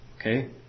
Okay